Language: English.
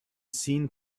seen